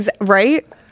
right